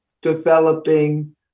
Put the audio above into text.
developing